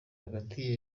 hagati